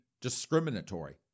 discriminatory